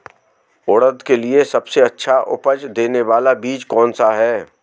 उड़द के लिए सबसे अच्छा उपज देने वाला बीज कौनसा है?